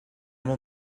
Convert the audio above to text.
will